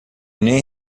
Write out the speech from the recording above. nem